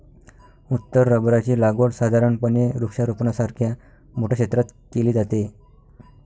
उत्तर रबराची लागवड साधारणपणे वृक्षारोपणासारख्या मोठ्या क्षेत्रात केली जाते